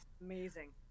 amazing